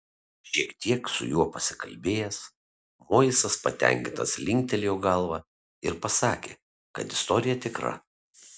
šiek tiek su juo pasikalbėjęs moisas patenkintas linktelėjo galva ir pasakė kad istorija tikra